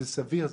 זה סביר,